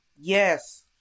Yes